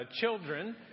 children